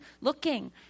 Looking